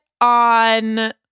on